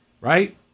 Right